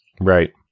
Right